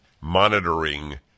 monitoring